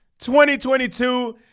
2022